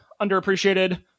underappreciated